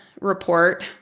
report